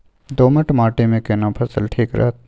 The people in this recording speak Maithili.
दोमट माटी मे केना फसल ठीक रहत?